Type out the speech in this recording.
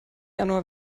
januar